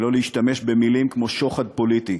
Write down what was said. שלא להשתמש במילים כמו שוחד פוליטי,